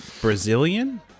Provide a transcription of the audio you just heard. Brazilian